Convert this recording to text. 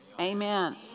Amen